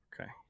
Okay